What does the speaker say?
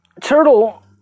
Turtle